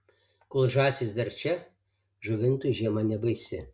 kol žąsys dar čia žuvintui žiema nebaisi